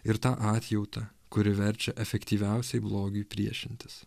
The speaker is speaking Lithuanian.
ir tą atjautą kuri verčia efektyviausiai blogiui priešintis